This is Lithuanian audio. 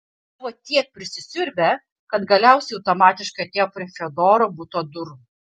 buvo tiek prisisiurbę kad galiausiai automatiškai atėjo prie fiodoro buto durų